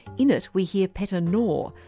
in it, we hear petter nor,